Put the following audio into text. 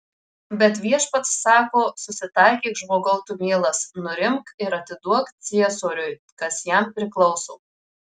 bet viešpats sako susitaikyk žmogau tu mielas nurimk ir atiduok ciesoriui kas jam priklauso